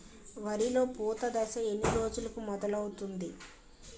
వరిలో పూత దశ ఎన్ని రోజులకు మొదలవుతుంది?